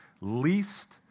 least